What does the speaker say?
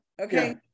okay